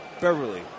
Beverly